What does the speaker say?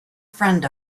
friend